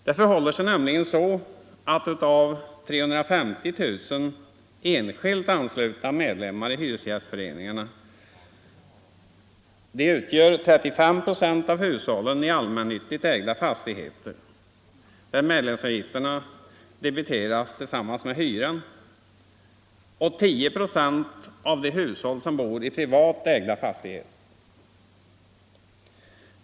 Det förhåller sig nämligen så att av 350 000 enskilt anslutna medlemmar i hyresgästföreningarna tillhör 35 procent hushåll i allmännyttigt ägda fastigheter — där medlemsavgiften debiteras tillsammans med hyran — och 10 procent hushåll som bor i privat ägda fastigheter.